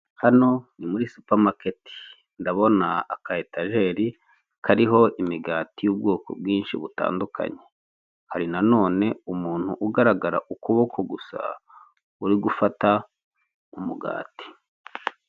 Hano ni muri supamaketi ndabona aka etajeri kariho imigati yubwoko bwinshi butandukanye. Hari na none umuntu ugaragara ukuboko gusa uri gufata umugati.